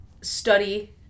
study